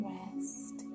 rest